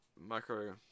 Micro